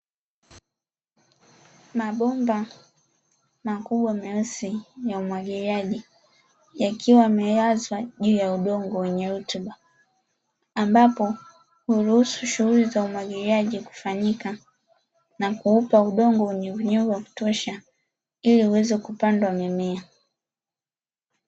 Mabomba makubwa meusi ya umwagiliaji, yakiwa yamelazwa juu ya udongo wenye rutuba ambapo huruhusu shunghuli ya umwagiliaji kufanyika, huupa udongo unyevu unyevu wa kutosha ili uweze kupandwa mimea .